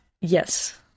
Yes